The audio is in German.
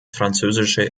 französische